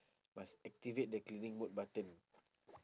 must activate the cleaning mode button